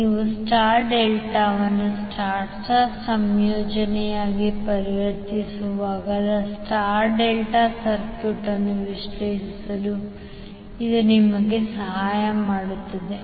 ನೀವು ಸ್ಟಾರ್ ಡೆಲ್ಟಾವನ್ನು star star ಸಂಯೋಜನೆಯಾಗಿ ಪರಿವರ್ತಿಸುವಾಗ ಸ್ಟಾರ್ ಡೆಲ್ಟಾ ಸರ್ಕ್ಯೂಟ್ ಅನ್ನು ವಿಶ್ಲೇಷಿಸಲು ಇದು ನಿಮಗೆ ಸಹಾಯ ಮಾಡುತ್ತದೆ